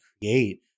create